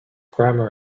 grammar